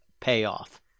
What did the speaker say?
payoff